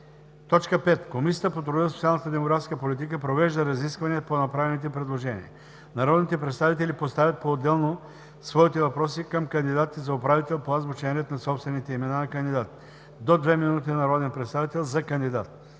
5. Комисията по труда, социалната и демографската политика провежда разисквания по направените предложения. Народните представители поставят поотделно своите въпроси към кандидатите за управител по азбучен ред на собствените имена на кандидатите – до две минути на народен представител за кандидат.